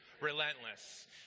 Relentless